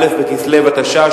א' בכסלו התשע"א,